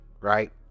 right